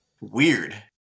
Weird